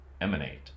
emanate